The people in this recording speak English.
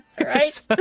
Right